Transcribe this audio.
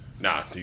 Nah